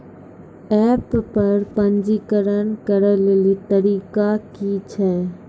App पर पंजीकरण करै लेली तरीका की छियै?